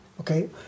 okay